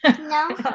No